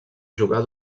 jugar